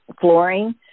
flooring